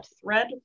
thread